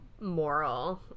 moral